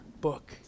book